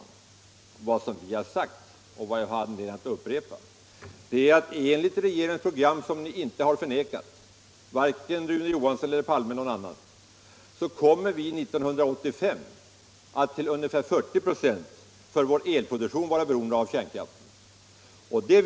Nej, vad vi har sagt och vad jag nu har anledning upprepa är, att enligt regeringens program som varken Rune Johansson eller herr Palme eller någon annan har förnekat kommer Sverige 1985 att till ungefär 40 926 vara beroende av kärnkraften för sin elproduktion.